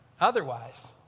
otherwise